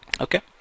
okay